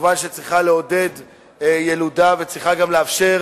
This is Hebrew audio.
כמובן צריכה לעודד ילודה וצריכה גם לאפשר